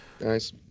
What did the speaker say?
Nice